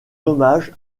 hommage